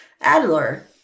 Adler